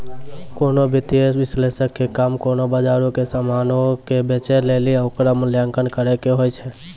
कोनो वित्तीय विश्लेषक के काम कोनो बजारो के समानो के बेचै लेली ओकरो मूल्यांकन करै के होय छै